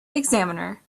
examiner